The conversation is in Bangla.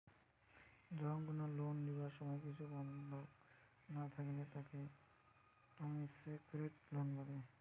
যখন কোনো লোন লিবার সময় কিছু বন্ধক না থাকলে তাকে আনসেক্যুরড লোন বলে